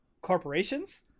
corporations